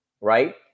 Right